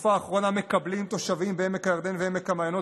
בתקופה האחרונה מקבלים תושבים בעמק הירדן ובעמק המעיינות